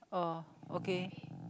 oh okay